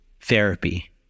therapy